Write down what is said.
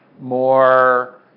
more